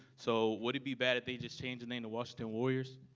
so would it be bad if they just change the name to washington warriors?